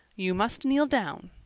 you must kneel down,